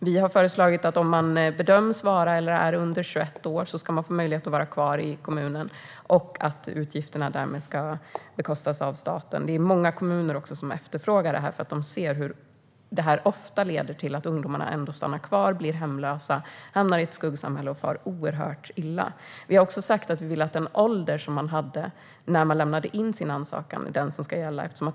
Vi har föreslagit att om en person bedöms vara eller är under 21 år ska man få stanna kvar i kommunen, och utgifterna ska därmed bekostas av staten. Många kommuner efterfrågar den möjligheten eftersom de ser att ungdomarna ofta stannar kvar, blir hemlösa, hamnar i ett skuggsamhälle och far oerhört illa. Vi har också sagt att den ålder som den unge hade när ansökan lämnades in ska gälla.